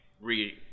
re